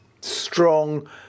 strong